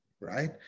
Right